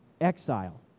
exile